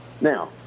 Now